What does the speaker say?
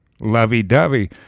lovey-dovey